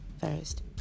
first